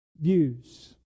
views